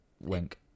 Wink